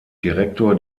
direktor